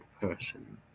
person